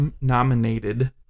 nominated